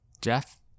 Jeff